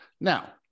Now